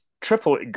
Triple